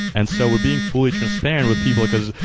and so we're being fully transparent with people, because,